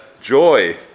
joy